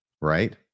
right